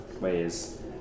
ways